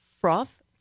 Froth